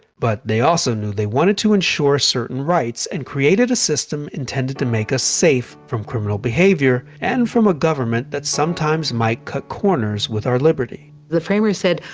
but they also knew they wanted to insure certain rights, and created a system intended to make us safe from criminal behavior and from a government that sometimes might cut corners with our liberty. the framers said,